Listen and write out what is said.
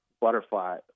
Butterfly